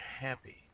happy